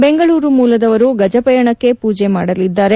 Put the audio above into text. ಬೆಂಗಳೂರು ಮೂಲದವರು ಗಜಪಯಣಕ್ಕೆ ಪೂಜೆ ಮಾಡಲಿದ್ದಾರೆ